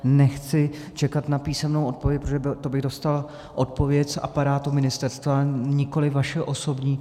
Nechci čekat na písemnou odpověď, protože to bych dostal odpověď z aparátu ministerstva, nikoliv vaši osobní.